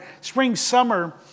spring-summer